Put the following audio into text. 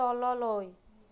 তললৈ